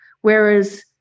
whereas